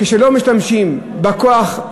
כשלא משתמשים בכוח,